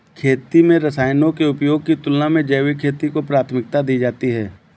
खेती में रसायनों के उपयोग की तुलना में जैविक खेती को प्राथमिकता दी जाती है